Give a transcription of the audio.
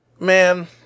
Man